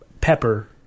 pepper